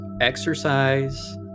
exercise